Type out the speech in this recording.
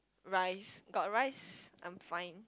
rice got rice I'm fine